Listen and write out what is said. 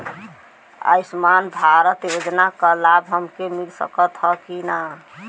आयुष्मान भारत योजना क लाभ हमके मिल सकत ह कि ना?